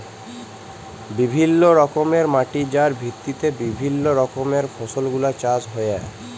বিভিল্য রকমের মাটি যার ভিত্তিতে বিভিল্য রকমের ফসল গুলা চাষ হ্যয়ে